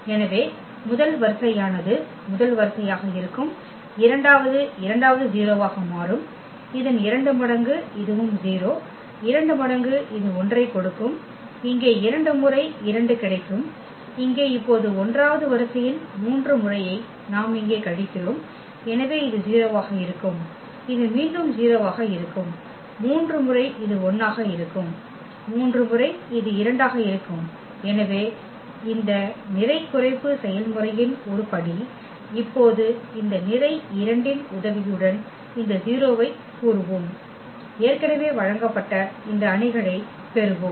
எனவே முதல் வரிசையானது முதல் வரிசையாக இருக்கும் இரண்டாவது இரண்டாவது 0 ஆக மாறும் இதன் இரண்டு மடங்கு இதுவும் 0 இரண்டு மடங்கு இது 1 ஐ கொடுக்கும் இங்கே இரண்டு முறை 2 கிடைக்கும் இங்கே இப்போது 1 வது வரிசையின் 3 முறையை நாம் இங்கே கழிக்கிறோம் எனவே இது 0 ஆக இருக்கும் இது மீண்டும் 0 ஆக இருக்கும் 3 முறை இது 1 ஆக இருக்கும் 3 முறை இது 2 ஆக இருக்கும் எனவே இது இந்த நிரை குறைப்பு செயல்முறையின் ஒரு படி இப்போது இந்த நிரை 2 இன் உதவியுடன் இந்த 0 ஐ கூறுவோம் ஏற்கனவே வழங்கப்பட்ட இந்த அணிகளைப் பெறுவோம்